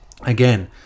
Again